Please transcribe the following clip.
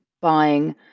buying